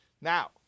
Now